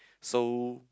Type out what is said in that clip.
so